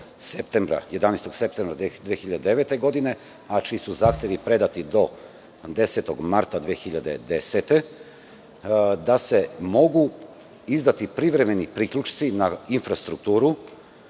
11. septembra 2009. godine, a čiji su zahtevi predati do 10. marta 2010. godine, mogu izdati privremeni priključci na infrastrukturu